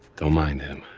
don't mind him.